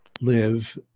live